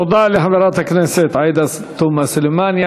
תודה לחברת הכנסת עאידה תומא סלימאן.